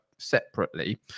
separately